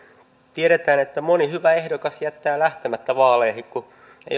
tiedetään että moni hyvä ehdokas jättää lähtemättä vaaleihin kun ei ole